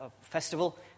festival